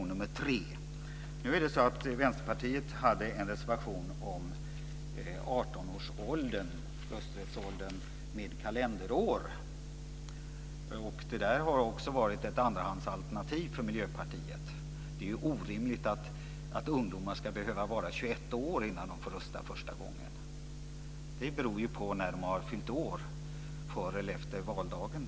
Nu är det så att Vänsterpartiet har en reservation om rösträttsålder vid 18 år med kalenderår. Det där har varit ett andrahandsalternativ för Miljöpartiet. Det är ju orimligt att ungdomar ska behöva vara 21 år innan de får rösta första gången. Det beror på om de fyller år före eller efter valdagen.